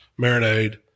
marinade